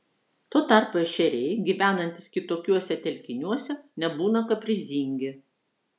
tuo tarpu ešeriai gyvenantys kitokiuose telkiniuose nebūna kaprizingi